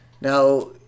now